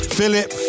Philip